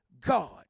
God